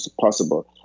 possible